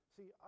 See